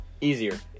easier